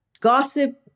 gossip